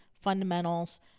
fundamentals